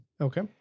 Okay